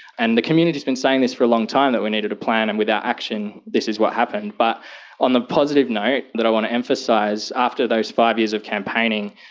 and the community has been saying this for a long time that we needed a plan, and without action this is what happened. but on the positive note that i want to emphasise, after those five years of campaigning,